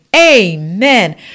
amen